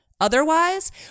Otherwise